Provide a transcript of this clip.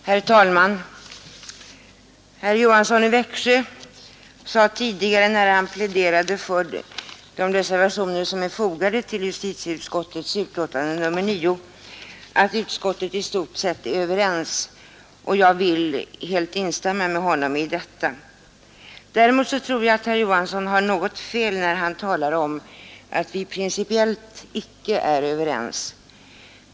Herr talman! Herr Johansson i Växjö sade tidigare, när han pläderade för de reservationer som är fogade till justitieutskottets betänkande nr 9, att utskottet i stort sett är enigt, och jag vill helt instämma med honom i detta. Däremot har herr Johansson litet fel när han talar om att vi principiellt inte är överens.